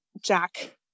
Jack